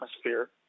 atmosphere